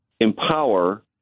empower